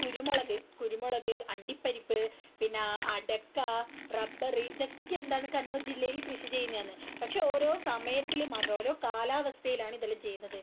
കുരുമുളക് കുരുമുളക് അണ്ടിപ്പരിപ്പ് പിന്നെ അടക്ക റബ്ബർ ഇതൊക്കെ എന്താണ് കണ്ണൂർ ജില്ലയിൽ കൃഷി ചെയ്യുന്നയാണ് പക്ഷെ ഓരോ സമയത്തിലും മാത്രം ഓരോ കാലാവസ്ഥയിലാണ് ഇതെല്ലാം ചെയ്യുന്നത്